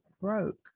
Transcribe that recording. broke